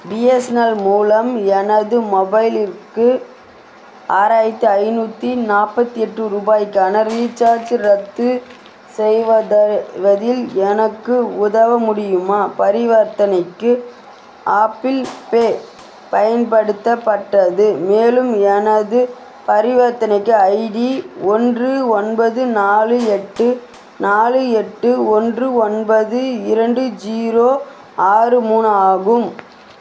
BSNL மூலம் எனது மொபைலிற்கு ஆறாயிரத்தி ஐந்நூற்றி நாற்பத்தி எட்டு ரூபாய்க்கான ரீச்சார்ஜ் ரத்து செய் வதில் எனக்கு உதவ முடியுமா பரிவர்த்தனைக்கு ஆப்பிள் பே பயன்படுத்தப்பட்டது மேலும் எனது பரிவர்த்தனைக்கு ஐடி ஒன்று ஒன்பது நாலு எட்டு நாலு எட்டு ஒன்று ஒன்பது இரண்டு ஜீரோ ஆறு மூணு ஆகும்